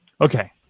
Okay